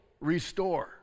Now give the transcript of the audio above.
restore